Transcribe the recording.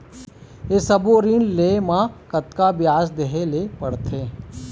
ये सब्बो ऋण लहे मा कतका ब्याज देहें ले पड़ते?